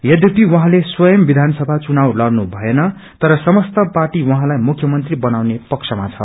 यद्यपि उहाँले स्वयं वियानसभा चुनाव लड़नु भएन तर समस्त पार्टी उहाँलाई मुख्यमंत्री बनाउने पक्षमा छ